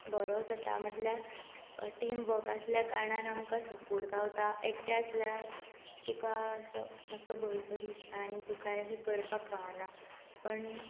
बरो जाता म्हणल्यार टीम वर्क आसल्या कारणान आमकां सपोर्ट गावता एकटें आसल्यार तुका असो मातसो भंय सो दिसता आनी तूं कांय अशें करपाक पावना पूण